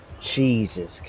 Jesus